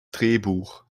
drehbuch